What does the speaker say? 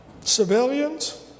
civilians